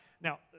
now